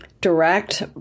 direct